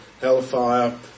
hellfire